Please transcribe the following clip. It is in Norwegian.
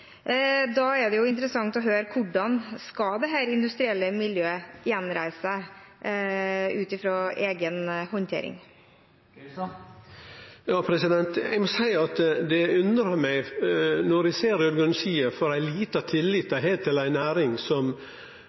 Da er det interessant å høre hvordan dette industrielle miljøet skal gjenreises ut fra egen håndtering. Eg må seie at det undrar meg når eg ser kva for lita tillit ein har til ei næring som